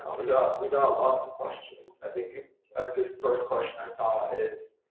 um we got we got lots of questions. i think a good first question i saw is